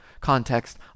context